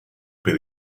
per